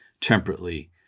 temperately